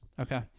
Okay